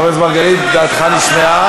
חבר הכנסת מרגלית, דעתך נשמעה.